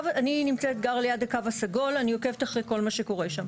אני גרה ליד הקו הסגול ואני עוקבת אחרי כל מה שקורה שם.